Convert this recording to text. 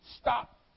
stop